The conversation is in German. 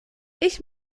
ich